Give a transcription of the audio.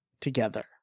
together